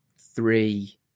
three